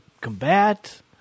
combat